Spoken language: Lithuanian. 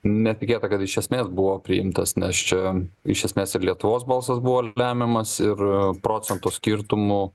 netikėta kad iš esmės buvo priimtas nes čia iš esmės ir lietuvos balsas buvo lemiamas ir procento skirtumu